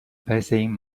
passing